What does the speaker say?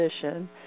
position